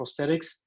prosthetics